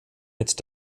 mit